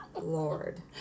Lord